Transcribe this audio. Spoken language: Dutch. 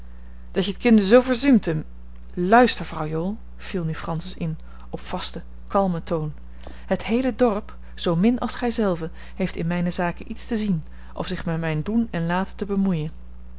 dat je t kinde zoo verzuumt um luister vrouw jool viel nu francis in op vasten kalmen toon het heele dorp zoomin als gij zelve heeft in mijne zaken iets te zien of zich met mijn doen en laten te bemoeien